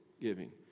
giving